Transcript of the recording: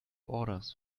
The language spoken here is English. orders